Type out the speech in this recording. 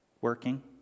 working